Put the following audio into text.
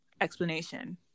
explanation